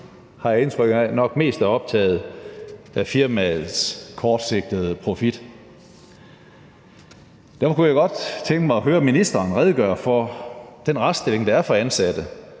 har jeg indtryk af, nok mest er optaget af firmaets kortsigtede profit. Derfor kunne jeg godt tænke mig at høre ministeren redegøre for den retsstilling, der er for ansatte,